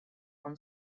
from